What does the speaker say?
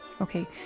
Okay